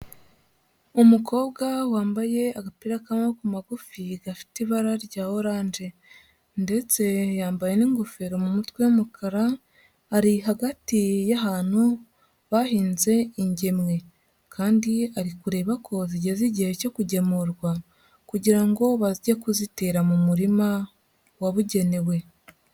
Umukobwa wambaye agapira k'amaboko magufi gafite ibara rya orange ndetse yambaye n'ingofero mu mutwe y'umukara, ari hagati y'ahantu bahinze ingemwe kandi ari kureba ko zigeze igihe cyo kugemurwa kugira ngo bajye kuzitera mu murima wabugenewe.